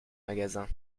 magasin